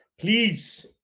Please